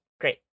great